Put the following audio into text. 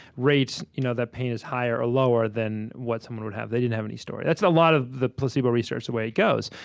rate you know that pain as higher or lower than what someone would have if they didn't have any story. that's a lot of the placebo research, the way it goes.